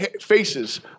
faces